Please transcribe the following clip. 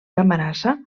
camarasa